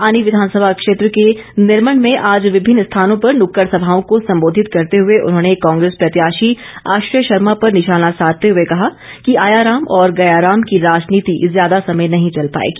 आनी विधानसभा क्षेत्र के निरमंड में आज विभिन्न स्थानों पर नुक्कड़ सभाओं को सम्बोधित करते हुए उन्होंने कांग्रेस प्रत्याशी आश्रय शर्मा पर निशाना साधते हुए कहा कि आया राम और गया राम की राजनीति ज्यादा समय नहीं चल पाएगी